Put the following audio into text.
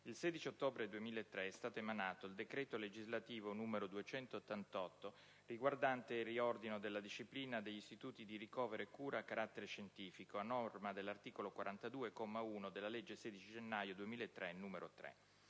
il 16 ottobre 2003 è stato emanato il decreto legislativo n. 288 riguardante il «Riordino della disciplina degli Istituti di ricovero e cura a carattere scientifico, a norma dell'art. 42, comma 1, della legge 16 gennaio 2003, n.